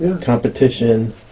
competition